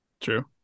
True